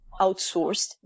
outsourced